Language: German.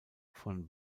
von